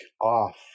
off